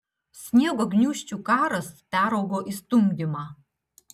sniego gniūžčių karas peraugo į stumdymą